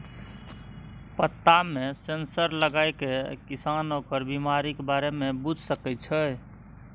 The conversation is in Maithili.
पत्तामे सेंसर लगाकए किसान ओकर बिमारीक बारे मे बुझि सकैत छै